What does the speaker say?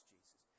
Jesus